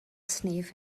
sniff